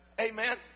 Amen